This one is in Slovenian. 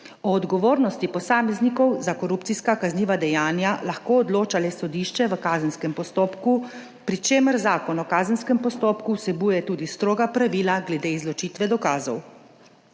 O odgovornosti posameznikov za korupcijska kazniva dejanja lahko odloča le sodišče v kazenskem postopku, pri čemer Zakon o kazenskem postopku vsebuje tudi stroga pravila glede izločitve dokazov.